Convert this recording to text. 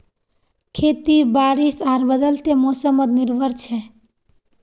खेती बारिश आर बदलते मोसमोत निर्भर छे